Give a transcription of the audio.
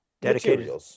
Dedicated